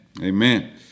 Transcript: Amen